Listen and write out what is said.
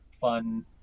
fun